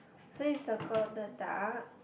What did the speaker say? so you circle the duck